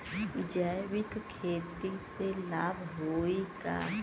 जैविक खेती से लाभ होई का?